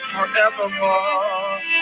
Forevermore